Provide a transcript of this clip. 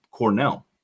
Cornell